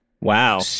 Wow